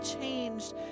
changed